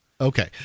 Okay